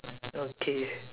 okay